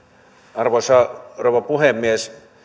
arvoisa rouva puhemies